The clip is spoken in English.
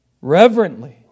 reverently